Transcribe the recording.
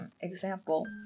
example